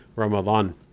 Ramadan